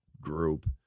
group